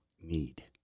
need